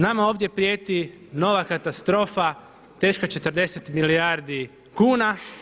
Nama ovdje prijeti nova katastrofa teška 40 milijardi kuna.